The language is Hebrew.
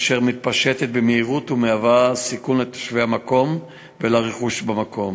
אשר מתפשטת במהירות ומהווה סיכון לתושבי המקום ולרכוש במקום.